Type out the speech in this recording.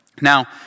Now